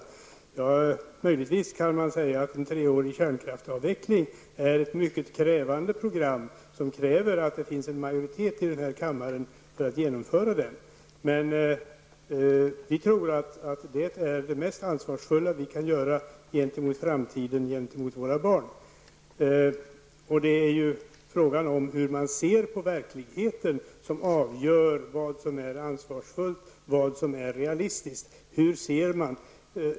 Man kan möjligtvis säga att en treårig kärnkraftsavveckling är ett mycket krävande program som förutsätter att det finns en majoritet i denna kammare för att detta program skall kunna genomföras. Vi tror att det är det mest ansvarsfulla vi kan göra gentemot framtiden och våra barn. Det är frågan om hur man ser på verkligheten som avgör vad som är ansvarsfullt och realistiskt.